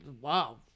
wow